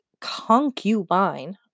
concubine